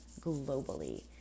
globally